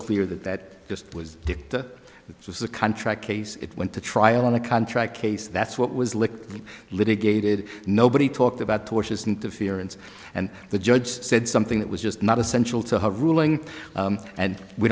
clear that that just was it was a contract case it went to trial on a contract case that's what was licked litigated nobody talked about tortious interference and the judge said something that was just not essential to her ruling and we